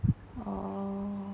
orh